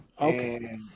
Okay